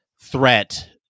threat